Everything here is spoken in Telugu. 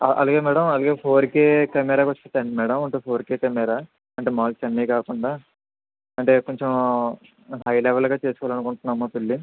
అలాగే మేడం అలాగే ఫోర్ కే కెమెరా కొంచెం తెండి మేడం ఫోర్ కే కెమెరా అంటే మామూలు చిన్నవి కాకుండా అంటే కొంచెం హై లెవెల్గా చేసుకోవాలి అనుకుంటున్నాం పెళ్ళి